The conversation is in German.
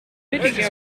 mittig